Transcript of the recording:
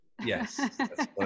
yes